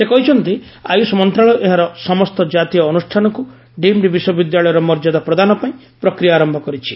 ସେ କହିଛନ୍ତି ଆୟୁଷ ମନ୍ତ୍ରଣାଳୟ ଏହାର ସମସ୍ତ କାତୀୟ ଅନୁଷ୍ଠାନକୁ ଡିମ୍ଡି ବିଶ୍ୱବିଦ୍ୟାଳୟର ମର୍ଯ୍ୟାଦା ପ୍ରଦାନ ପାଇଁ ପ୍ରକ୍ରିୟା ଆରମ୍ଭ କରିଛି